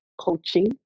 coaching